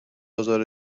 آزار